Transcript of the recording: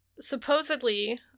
Supposedly